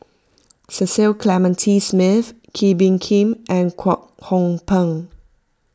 Cecil Clementi Smith Kee Bee Khim and Kwek Hong Png